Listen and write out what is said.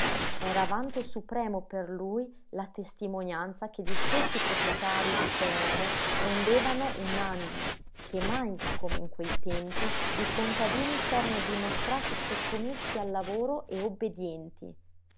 era vanto supremo per lui la testimonianza che gli stessi proprietarii di terre rendevano unanimi che mai come in quei tempi i contadini s'erano dimostrati sottomessi al lavoro e obbedienti